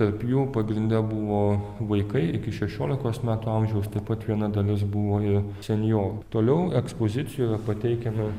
tarp jų pagrinde buvo vaikai iki šešiolikos metų amžiaus taip pat viena dalis buvo ir senjorų toliau ekspozicijoje pateikiami